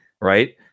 right